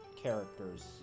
characters